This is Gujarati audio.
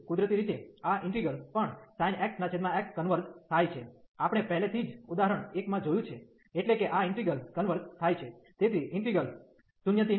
તેથી કુદરતી રીતે આ ઇન્ટિગ્રલ પણ sin x x કન્વર્ઝ થાય છે આપણે પહેલેથી જ ઉદાહરણ 1 માં જોયું છે એટલે કે આ ઇન્ટિગ્રલ કન્વર્ઝ થાય છે